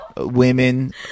Women